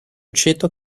aceto